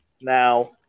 Now